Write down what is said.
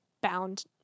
bound